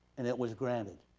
and it was granted.